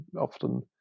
often